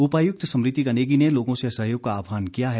उपायुक्त स्मृतिका नेगी ने लोगों से सहयोग का आहवान किया है